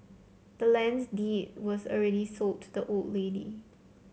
the land's deed was sold to the old lady